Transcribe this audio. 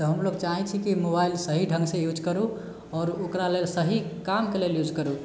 तऽ हम लोग चाहैत छी कि मोबाइल सही ढंगसँ यूज करु आओर ओकरा लेल सही कामके लेल यूज करु